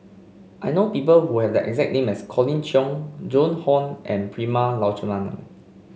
I know people who have the exact name as Colin Cheong Joan Hon and Prema Letchumanan